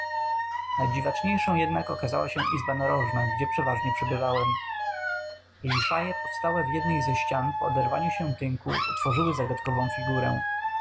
w dymniku najdziwaczniejszą jednak okazała się izba narożna gdzie przeważnie przebywałem liszaje powstałe w jednej ze ścian po oderwaniu się tynku utworzyły zagadkową figurę